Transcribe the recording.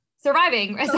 surviving